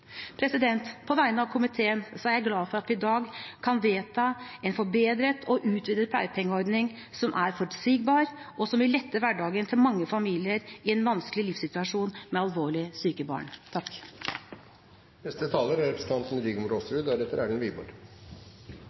På vegne av komiteen er jeg glad for at vi i dag kan vedta en forbedret og utvidet pleiepengeordning som er forutsigbar, og som vil lette hverdagen til mange familier i en vanskelig livssituasjon med alvorlig syke barn.